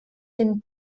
den